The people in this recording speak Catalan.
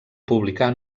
publicar